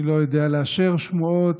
אני לא ידוע לאשר שמועות,